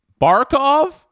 Barkov